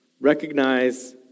recognize